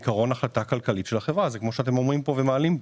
אני לא מתכוון להרפות.